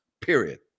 period